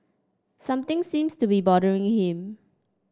something seems to be bothering him